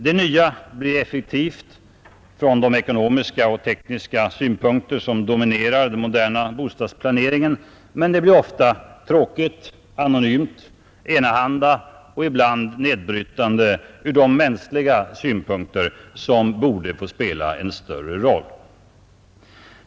Det nya blir effektivt från de ekonomiska och tekniska synpunkter som dominerar den moderna bostadsplaneringen, men det blir ofta tråkigt, anonymt, enahanda och ibland nedbrytande från de mänskliga synpunkter som borde få spela en större roll.